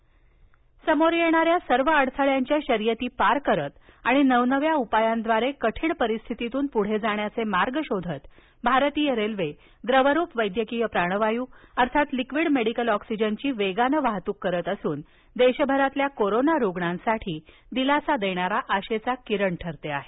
railway oxygen समोर येणाऱ्या सर्व अडथळ्यांच्या शर्यती पार करत आणि नवनव्या उपायांद्वारे कठीण परिस्थितीतून पुढे जाण्याचे मार्ग शोधत भारतीय रेल्वे द्रवरूप वैद्यकीय प्राणवायू अर्थात लिक्विड मेडिकल ऑक्सिजनची वेगानं वाहतूक करीत देशभरातील कोरोना रुग्णांसाठी दिलासा देणारा आशेचा किरण ठरते आहे